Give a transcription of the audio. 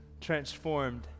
transformed